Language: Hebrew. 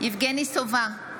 יבגני סובה,